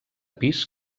pis